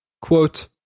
Quote